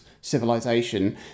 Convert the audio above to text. civilization